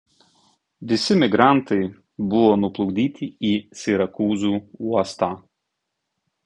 visi migrantai buvo nuplukdyti į sirakūzų uostą